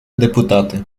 депутати